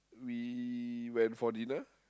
we went for dinner